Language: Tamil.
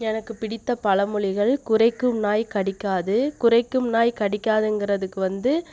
எனக்கு பிடித்த பழமொழிகள் குரைக்கும் நாய் கடிக்காது குரைக்கும் நாய் கடிக்காதுங்கிறதுக்கு வந்து